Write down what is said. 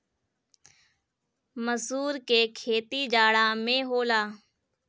मसूर के खेती जाड़ा में होला